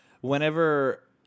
whenever